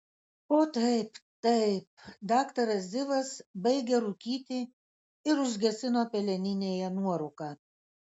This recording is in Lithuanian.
o taip taip daktaras zivas baigė rūkyti ir užgesino peleninėje nuorūką